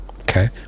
Okay